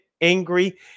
angry